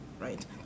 right